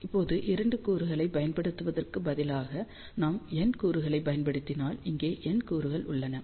இப்போது 2 கூறுகளைப் பயன்படுத்துவதற்குப் பதிலாக நாம் N கூறுகளைப் பயன்படுத்தினால் இங்கே N கூறுகள் உள்ளன